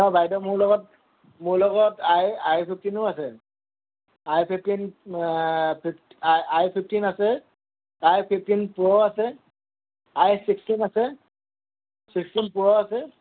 অ বাইদেউ মোৰ লগত মোৰ লগত আই আই ফিফটিনো আছে আই ফিফটিন ফি আই আই ফিফটিন আছে আই ফিফটিন প্ৰ' আছে আই ছিক্সটিন আছে ছিক্সটিন প্ৰ' আছে